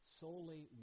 solely